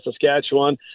Saskatchewan